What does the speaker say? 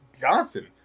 Johnson